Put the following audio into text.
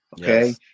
Okay